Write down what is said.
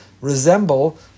resemble